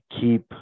keep